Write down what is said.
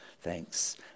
thanks